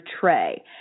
tray